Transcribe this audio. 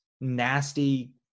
nasty